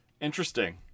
Interesting